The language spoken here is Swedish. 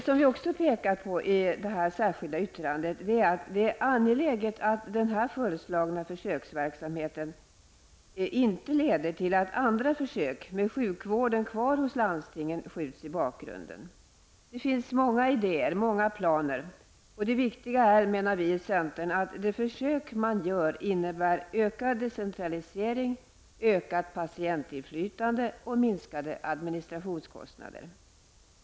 Vad vi också pekar på i det särskilda yttrandet är att det är angeläget att den här föreslagna försöksverksamheten inte leder till att andra försök med sjukvården kvar hos landstingen skjuts i bakgrunden. Det finns många idéer, många planer, och det viktiga är, menar vi i centern, att det försök man gör innebär ökad decentralisering, ökat patientinflytande och minskade administrationskostnader.